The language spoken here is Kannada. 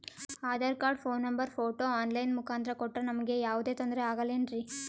Aadhaar card, phone number, photo online ಮುಖಾಂತ್ರ ಕೊಟ್ರ ನಮಗೆ ಯಾವುದೇ ತೊಂದ್ರೆ ಆಗಲೇನ್ರಿ?